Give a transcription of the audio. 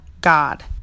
God